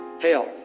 health